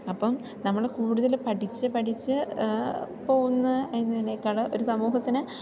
അപ്പം നമ്മൾ കൂടുതൽ പഠിച്ച് പഠിച്ച് പോകുന്നു എന്നതിനേക്കാൾ ഒരു സമൂഹത്തിന്